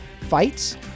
fights